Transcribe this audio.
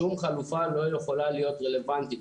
שום חלופה לא יכולה להיות רלוונטית.